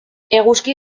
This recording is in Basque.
eguzki